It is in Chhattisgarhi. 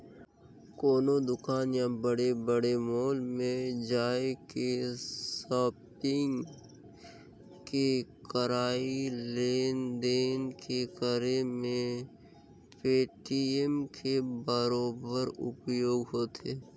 कोनो दुकान या बड़े बड़े मॉल में जायके सापिग के करई लेन देन के करे मे पेटीएम के बरोबर उपयोग होथे